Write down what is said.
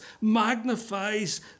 magnifies